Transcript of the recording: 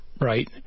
right